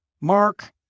mark